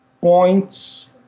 points